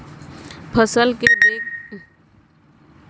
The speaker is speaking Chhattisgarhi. फसल के देख देख के संग मनसे मन ल पानी के जरूरत परथे फसल बर